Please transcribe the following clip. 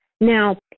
Now